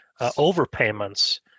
overpayments